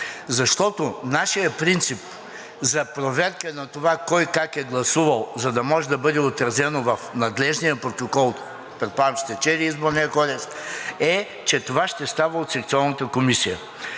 Защото нашият принцип за проверка на това кой как е гласувал, за да може да бъде отразено в надлежния протокол, предполагам, че сте чели Изборния кодекс, е, че това ще става от секционната комисия.